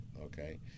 Okay